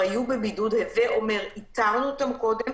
מאחר שביום-יומיים שהיו לנו בין ההחלטה לבין החלטת הממשלה,